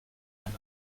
eine